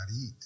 eat